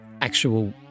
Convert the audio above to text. actual